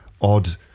odd